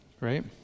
right